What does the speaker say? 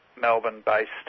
Melbourne-based